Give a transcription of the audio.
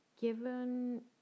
Given